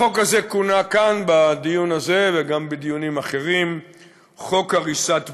החוק הזה כונה כאן בדיון הזה וגם בדיונים אחרים "חוק הריסת בתים".